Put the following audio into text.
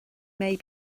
may